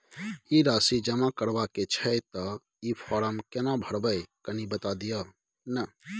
ई राशि जमा करबा के छै त ई फारम केना भरबै, कनी बता दिय न?